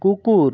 কুকুর